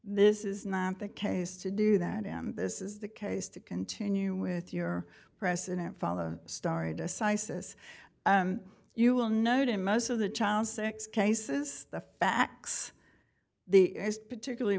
this is not the case to do that and this is the case to continue with your precedent follow story decisis you will note in most of the child six cases the facts the is particularly